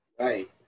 Right